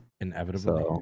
inevitably